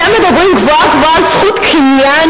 אתם מדברים גבוהה-גבוהה על זכות קניין?